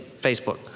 Facebook